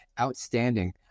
outstanding